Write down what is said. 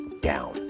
down